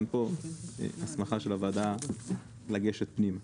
ואין פה הסמכה של הוועדה לגשת פנימה.